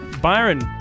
Byron